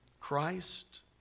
Christ